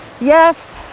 yes